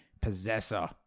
possessor